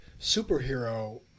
superhero